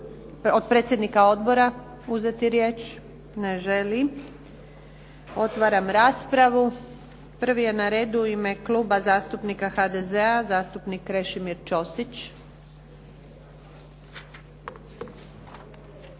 od predsjednika odbora uzeti riječ? Ne želi. Otvaram raspravu. Prvi je na redu u ime Kluba zastupnika HDZ-a, zastupnik Krešimir Ćosić.